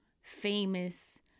famous